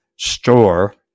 store